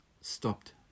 stopped